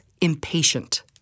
impatient